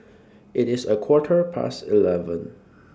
IT IS A Quarter Past eleven